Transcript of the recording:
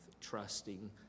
trusting